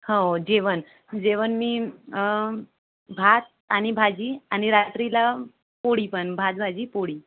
हो जेवण जेवण मी भात आणि भाजी आणि रात्रीला पोळी पण भात भाजी पोळी